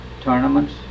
tournaments